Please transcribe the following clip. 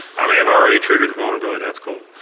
i may have already triggered the vulnerability, that's cool.